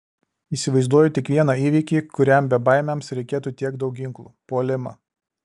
įsivaizduoju tik vieną įvykį kuriam bebaimiams reikėtų tiek daug ginklų puolimą